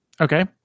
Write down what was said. Okay